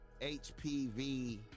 HPV